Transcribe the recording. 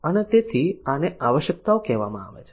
અને તેથી આને આવશ્યકતાઓ કહેવામાં આવે છે